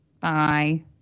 Bye